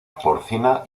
porcina